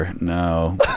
no